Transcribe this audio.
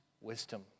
wisdom